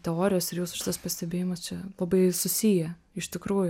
teorijos ir jūsų šitas pastebėjimas čia labai susiję iš tikrųjų